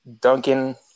Duncan